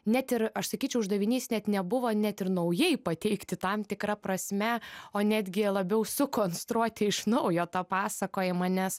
net ir aš sakyčiau uždavinys net nebuvo net ir naujai pateikti tam tikra prasme o netgi labiau sukonstruoti iš naujo tą pasakojimą nes